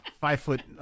five-foot